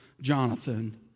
Jonathan